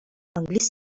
англис